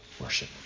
worship